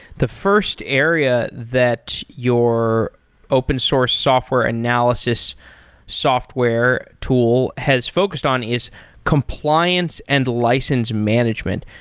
the first area that your open source software analysis software tool has focused on is compliance and license management.